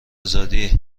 ازادی